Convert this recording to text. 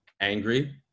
angry